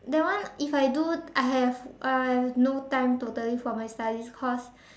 that one if I do I have I have no time totally for my studies cause